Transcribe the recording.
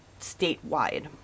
statewide